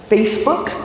Facebook